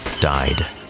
died